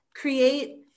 create